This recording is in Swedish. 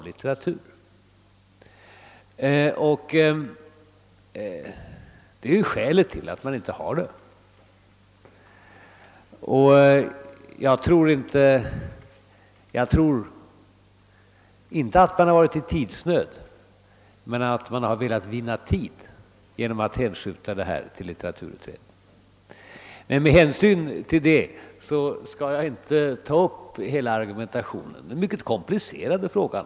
Detta är ju också anledningen till att man inte har någon förhandlingsrätt. Jag tror inte att man varit i tidsnöd men att man velat vinna tid genom att hänskjuta frågan till litteraturutredningen. Med hänsyn härtill skall jag inte ta upp argumentationen i denna mycket komplicerade fråga.